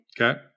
Okay